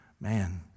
Man